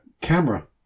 camera